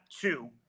two